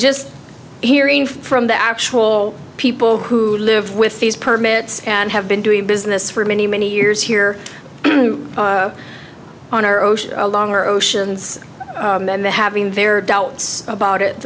just hearing from the actual people who live with these permits and have been doing business for many many years here on our own along our oceans having very doubts about it